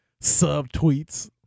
sub-tweets